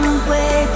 away